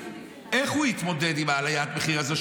איך הוא יתמודד עם עליית המחיר הזאת,